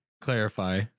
Clarify